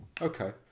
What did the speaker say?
Okay